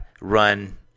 run